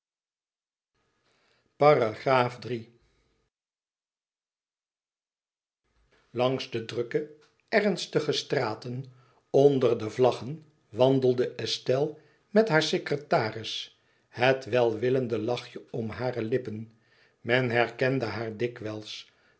langs de drukke ernstige straten onder de vlaggen wandelde estelle met haar secretaris het welwillende lachje om hare lippen men herkende haar dikwijls